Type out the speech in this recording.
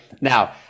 now